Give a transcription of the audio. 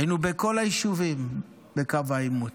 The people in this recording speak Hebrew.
היינו בכל היישובים בקו העימות.